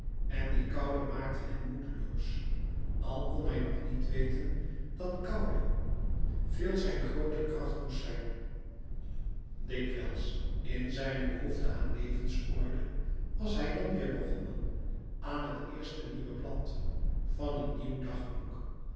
en die koude maakte hem moedeloos want hij kon nog niet weten dat koude veel zijn groote kracht moest zijn louis couperus metamorfoze dikwijls in zijne behoefte aan levensorde was hij dan weêr begonnen aan het eerste nieuwe blad van een nieuw dagboek